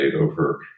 over